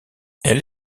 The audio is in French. elle